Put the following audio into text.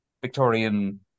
Victorian